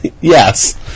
Yes